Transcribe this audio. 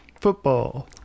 football